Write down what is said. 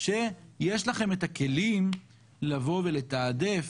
שיש לכם את הכלים לבוא ולתעדף,